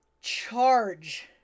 charge